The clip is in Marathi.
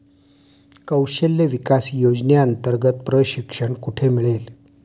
कौशल्य विकास योजनेअंतर्गत प्रशिक्षण कुठे मिळेल?